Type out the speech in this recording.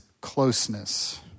closeness